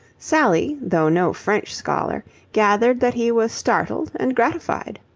sally, though no french scholar, gathered that he was startled and gratified.